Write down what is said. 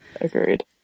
Agreed